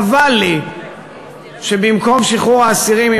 חבל לי שבמקום שחרור האסירים,